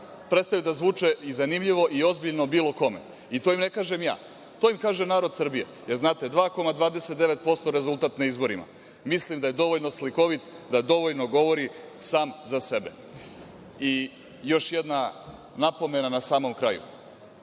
prestaju da zvuče i zanimljivo i ozbiljno bilo kome. To im ne kažem ja, to im kaže narod Srbije, jer znate, 2,29% rezultat na izborima mislim da je dovoljno slikovit, da dovoljno govori sam za sebe. Još jedna napomena na samom kraju,